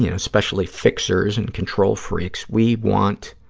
you know especially fixers and control freaks, we want